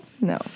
No